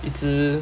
一直